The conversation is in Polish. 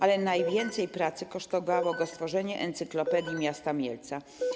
Ale najwięcej pracy kosztowało go stworzenie Encyklopedii Miasta Mielca.